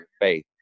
faith